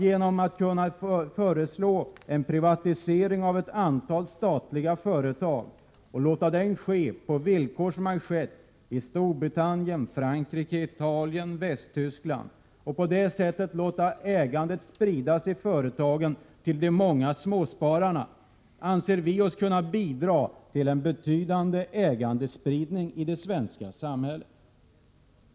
Genom att föreslå en privatisering av ett antal statliga företag och låta den ske på samma villkor som i Storbritannien, Frankrike, Italien och Västtyskland, dvs. att ägandet i företagen sprids till de många småspararna, anser vi oss kunna bidra till en betydande ägandespridning i det svenska samhället.